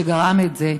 שגרם את זה,